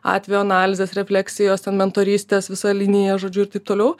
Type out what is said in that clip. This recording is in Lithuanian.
atvejų analizės refleksijos ten mentorystės visa linija žodžiu ir taip toliau